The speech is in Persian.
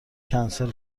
کنسل